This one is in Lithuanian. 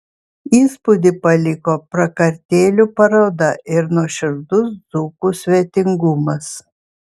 įspūdį paliko prakartėlių paroda ir nuoširdus dzūkų svetingumas